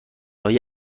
های